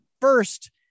first